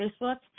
Facebook